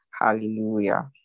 Hallelujah